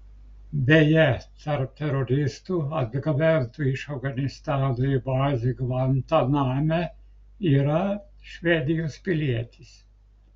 beje tarp teroristų atgabentų iš afganistano į bazę gvantaname yra švedijos pilietis